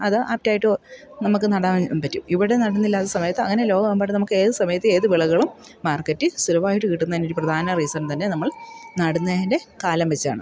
അത് ആപ്പ്റ്റായിട്ട് നമുക്ക് നടാനും പറ്റും ഇവിടെ നടുന്നില്ലാത്ത സമയത്ത് അങ്ങനെ ലോകമെമ്പാടും നമുക്ക് ഏതു സമയത്ത് ഏതു വിളകളും മാർക്കറ്റിൽ സുലഭമായിട്ട് കിട്ടുന്നതിനൊരു പ്രധാന റീസൺ തന്നെ നമ്മൾ നടുന്നതിൻ്റെ കാലം വെച്ചാണ്